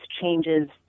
changes